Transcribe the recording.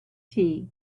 tea